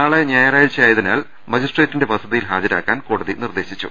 നാളെ ഞായറാഴ്ച ആയതിനാൽ മജിസ്ട്രേറ്റിന്റെ വസതിയിൽ ഹാജരാക്കാൻ കോടതി നിർദ്ദേശിച്ചു